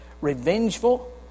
revengeful